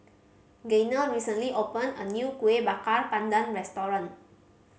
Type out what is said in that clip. Gaynell recently opened a new Kueh Bakar Pandan restaurant